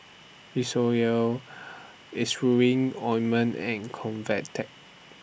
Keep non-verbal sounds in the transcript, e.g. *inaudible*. *unintelligible* Ointment and Convatec